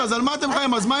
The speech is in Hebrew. אז מה יש פה?